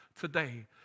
today